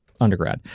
undergrad